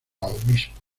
obispo